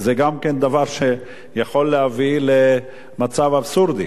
וגם זה דבר שיכול להביא למצב אבסורדי.